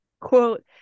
Quote